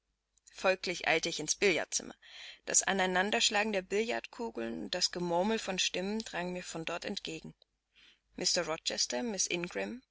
folglich eilte ich ins billardzimmer das aneinanderschlagen der billardkugeln und das gemurmel von stimmen drang mir von dort entgegen